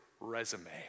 resume